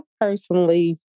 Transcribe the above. personally